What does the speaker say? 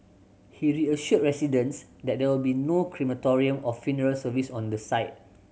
he reassured residents that there will be no crematorium or funeral service on the site